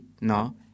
no